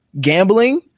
gambling